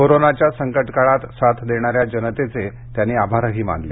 कोरोनाच्या संकट काळात साथ देणाऱ्या जनतेचे त्यांनी यावेळी आभार मानले